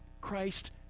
Christ